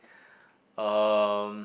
um